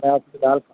हाँ फिलहाल